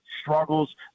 struggles